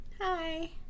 Hi